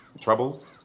trouble